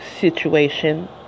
situation